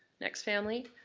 next family,